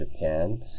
Japan